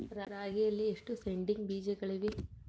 ರಾಗಿಯಲ್ಲಿ ಎಷ್ಟು ಸೇಡಿಂಗ್ ಬೇಜಗಳಿವೆ?